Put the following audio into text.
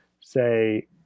say